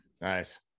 Nice